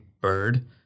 bird